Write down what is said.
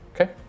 Okay